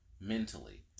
mentally